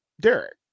Derek